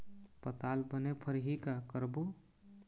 पताल बने फरही का करबो?